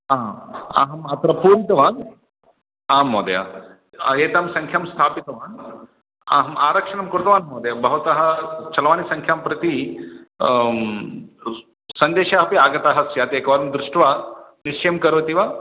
आं अहं अत्र पूरितवान् आं महोदय एतां संख्यां स्थापितवान् अहं आरक्षणं कृतवान् महोदय भवतः चलवाणी संख्यां प्रति सन्देशः अपि आगतः स्यात् एकवारं दृष्ट्वा निश्चयं करोति वा